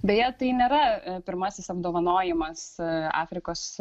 beje tai nėra pirmasis apdovanojimas afrikos